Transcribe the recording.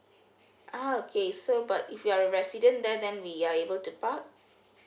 ah okay so but if we're a resident there then we are able to park